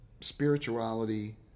spirituality